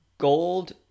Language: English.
Gold